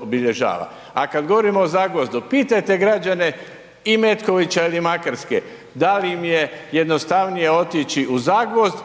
obilježava. A kad govorimo o Zagvozdu, pitajte građane i Metkovića ili Makarske da li im je jednostavnije otići u Zagvozd